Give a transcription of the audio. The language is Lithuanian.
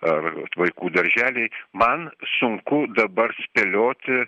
arba vaikų darželiai man sunku dabar spėlioti